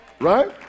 Right